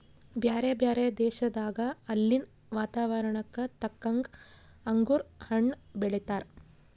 ಬ್ಯಾರೆ ಬ್ಯಾರೆ ಪ್ರದೇಶದಾಗ ಅಲ್ಲಿನ್ ವಾತಾವರಣಕ್ಕ ತಕ್ಕಂಗ್ ಅಂಗುರ್ ಹಣ್ಣ್ ಬೆಳೀತಾರ್